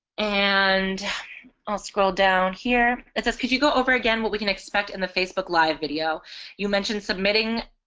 and i'll scroll down here it says could you go over again what we can expect in the facebook live video you mentioned submitting